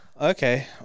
Okay